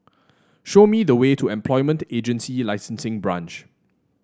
show me the way to Employment Agency Licensing Branch